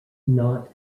not